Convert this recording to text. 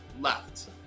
left